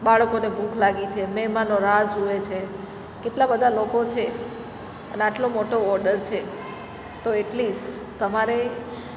બાળકોને ભૂખ લાગી છે મહેમાનો રાહ જુએ છે કેટલા બધા લોકો છે અને આટલો મોટો ઓડર છે તો એટલીસ તમારે